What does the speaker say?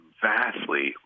vastly